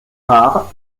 rare